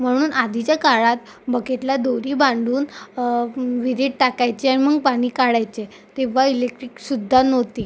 म्हणून आधीच्या काळात बकेटला दोरी बांधून विहिरीत टाकायचे मग पानी काढायचे तेव्हा इलेक्ट्रिकसुद्धा नव्हती